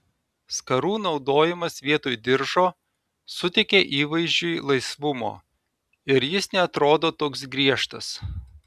skarų naudojimas vietoj diržo suteikia įvaizdžiui laisvumo ir jis neatrodo toks griežtas